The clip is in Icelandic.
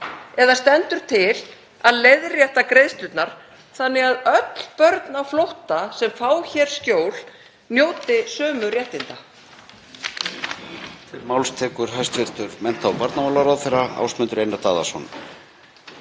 eða stendur til að leiðrétta greiðslurnar þannig að öll börn á flótta sem fá hér skjól njóti sömu réttinda?